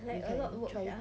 you can try